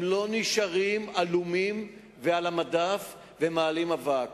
הם לא נשארים עלומים ועל המדף ומעלים אבק.